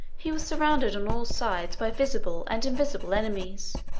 he was surrounded on all sides by visible and invisible enemies